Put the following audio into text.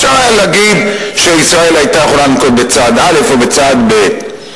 אפשר היה להגיד שישראל היתה יכולה לנקוט צעד א' או צעד ב',